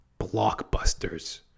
blockbusters